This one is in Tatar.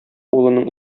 улының